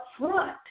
upfront